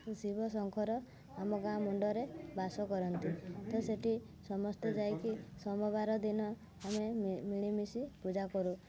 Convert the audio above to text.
ଶିବଶଙ୍କର ଆମ ଗାଁ ମୁଣ୍ଡରେ ବାସ କରନ୍ତି ତ ସେଇଠି ସମସ୍ତେ ଯାଇକି ସୋମବାର ଦିନ ଆମେ ମିଳିମିଶି ପୂଜା କରୁ